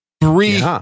Three